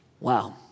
Wow